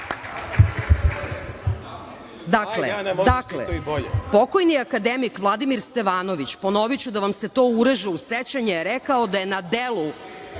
Dakle, pokojni akademik Vladimir Stevanović, ponoviću da vam se to ureže u sećanje je rekao da je na delu